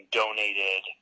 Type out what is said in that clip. donated